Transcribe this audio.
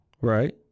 Right